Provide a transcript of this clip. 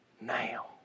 now